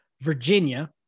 Virginia